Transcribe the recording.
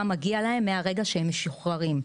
מה מגיע להם מהרגע שהם משוחררים.